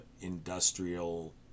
industrial